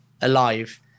alive